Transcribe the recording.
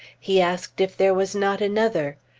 he asked if there was not another.